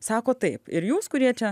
sako taip ir jūs kurie čia